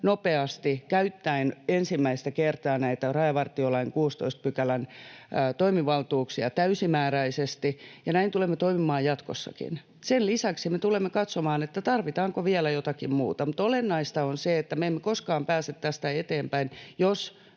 nopeasti käyttäen ensimmäistä kertaa näitä Rajavartiolain 16 §:n toimivaltuuksia täysimääräisesti, ja näin tulemme toimimaan jatkossakin. Sen lisäksi me tulemme katsomaan, tarvitaanko vielä jotakin muuta. Mutta olennaista on se, että me emme koskaan pääse tästä eteenpäin,